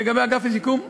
לגבי אגף השיקום,